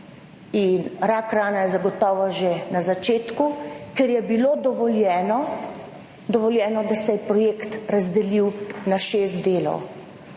in rak rana je zagotovo že na začetku, ker je bilo dovoljeno, da se je projekt razdelil na šest delov.